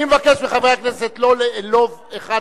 אני מבקש מחברי הכנסת שלא לעלוב אחד בשני.